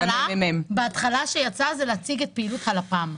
אבל בהתחלה כשזה יצא המטרה הייתה להציג את פעילות לפ"מ.